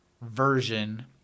version